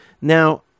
Now